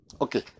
Okay